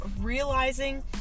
realizing